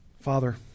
Father